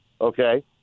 okay